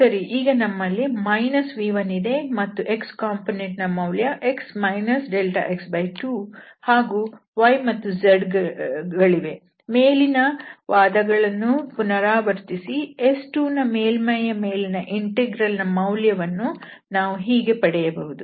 ಸರಿ ಈಗ ನಮ್ಮಲ್ಲಿ v1ಇದೆ ಮತ್ತು x ಕಂಪೋನೆಂಟ್ ನ ಮೌಲ್ಯ x δx2 ಹಾಗೂ y ಮತ್ತು z ಗಳಿವೆ ಮೇಲಿನ ವಾದಗಳನ್ನು ಪುನರಾವರ್ತಿಸಿ S2ಮೇಲ್ಮೈಯ ಮೇಲಿನ ಇಂಟೆಗ್ರಲ್ ನ ಮೌಲ್ಯವನ್ನು ನಾವು ಹೀಗೆ ಬರೆಯಬಹುದು